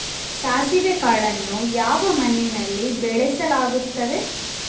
ಸಾಸಿವೆ ಕಾಳನ್ನು ಯಾವ ಮಣ್ಣಿನಲ್ಲಿ ಬೆಳೆಸಲಾಗುತ್ತದೆ?